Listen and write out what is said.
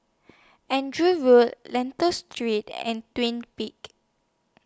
Andrew Road Lentor Street and Twin Peaks